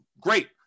Great